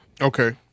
Okay